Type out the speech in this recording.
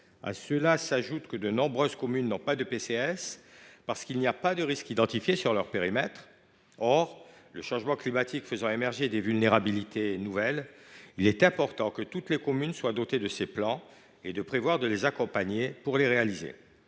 À cela s’ajoute le fait que de nombreuses communes n’ont pas de PCS, car il n’y a pas de risque identifié sur leur périmètre. Or, le changement climatique faisant émerger des vulnérabilités nouvelles, il est important que toutes les communes en soient dotées. Il me semble important d’envisager de les accompagner dans ce sens.